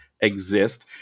exist